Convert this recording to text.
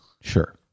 Sure